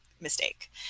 mistake